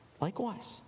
Likewise